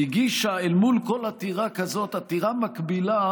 והגישה אל מול כל עתירה כזאת עתירה מקבילה